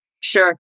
Sure